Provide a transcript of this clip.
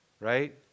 Right